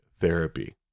therapy